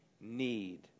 need